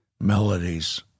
melodies